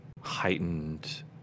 heightened